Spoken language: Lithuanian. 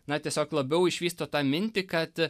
na tiesiog labiau išvysto tą mintį kad a